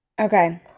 Okay